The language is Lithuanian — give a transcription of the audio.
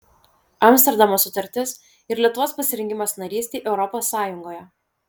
amsterdamo sutartis ir lietuvos pasirengimas narystei europos sąjungoje